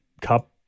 Cup